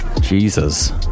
Jesus